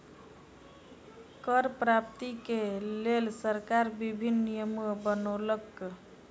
कर प्राप्ति के लेल सरकार विभिन्न नियम बनौलक